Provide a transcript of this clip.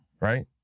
Right